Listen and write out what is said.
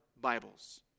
Bibles